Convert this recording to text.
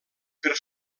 per